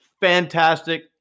fantastic